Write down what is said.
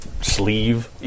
sleeve